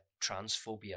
transphobia